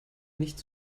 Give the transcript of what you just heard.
nicht